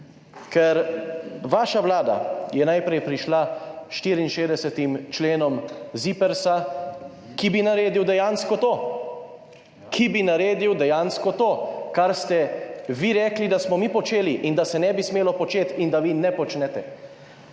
Ker vaša vlada je najprej prišla s 64. členom ZIPRS, ki bi naredil dejansko to, ki bi naredil dejansko to, kar ste vi rekli, da smo mi počeli in da se ne bi smelo početi in da vi ne počnete.